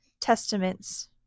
Testaments